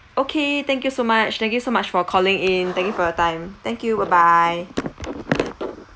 okay thank you so much thank you so much for calling in thank you for your time thank you bye bye